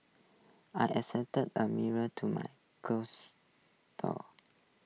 I A mirror to my closet door